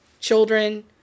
children